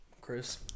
Chris